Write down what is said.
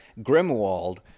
Grimwald